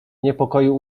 niepokoju